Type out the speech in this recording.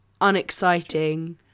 unexciting